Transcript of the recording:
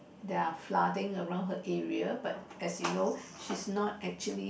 there are flooding around her area but as you know she is not actually